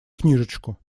книжечку